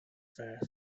fair